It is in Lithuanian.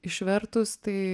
išvertus tai